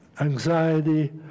anxiety